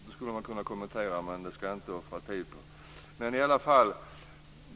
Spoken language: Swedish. Det skulle jag kunna kommentera, men det ska jag inte offra tid på.